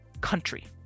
country